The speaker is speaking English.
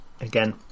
Again